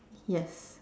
yes